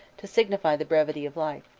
to signify the brevity of life.